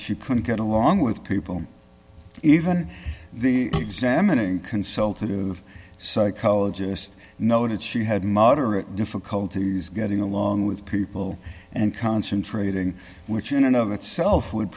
she couldn't get along with people even the examining consultative psychologist noted she had moderate difficulties getting along with people and concentrating which in and of itself would